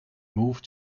move